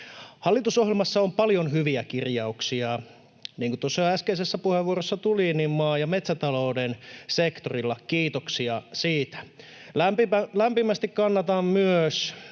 Hallitusohjelmassa on paljon hyviä kirjauksia, niin kuin tuossa jo äskeisessä puheenvuorossa tuli, maa- ja metsätalouden sektorilla, kiitoksia siitä. Lämpimästi kannatan myös